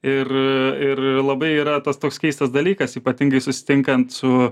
ir ir labai yra tas toks keistas dalykas ypatingai susitinkant su